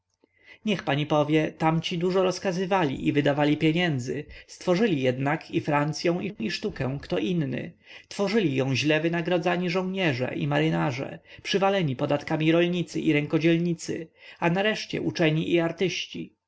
niech pani powie tamci dużo rozkazywali i wydawali pieniędzy stworzył jednak i francyą i sztukę kto inny tworzyli ją źle wynagradzani żołnierze i marynarze przywaleni podatkami rolnicy i rękodzielnicy a nareszcie uczeni i artyści